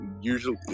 Usually